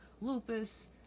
lupus